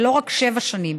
ולא רק שבע שנים.